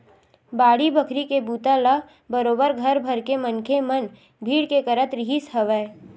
बाड़ी बखरी के बूता ल बरोबर घर भरके मनखे मन भीड़ के करत रिहिस हवय